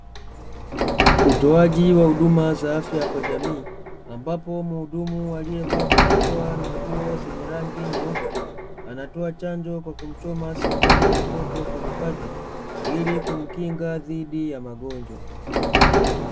Utoaji wa huduma za afya kwa jamii, ambapo mhudumu aliyevaa barakoa na nguo zenye rangi nyeupe, anatoa chanjo kwa kumchoma sindano mtoto kwenye paja ili kumkinga dhidi ya magonjwa.